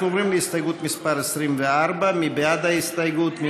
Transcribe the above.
אנחנו עוברים להסתייגות מס' 24. מי בעד ההסתייגות?